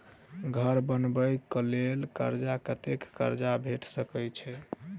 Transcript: घर बनबे कऽ लेल कर्जा कत्ते कर्जा भेट सकय छई?